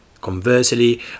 Conversely